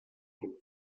dem